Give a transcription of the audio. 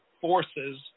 forces